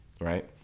right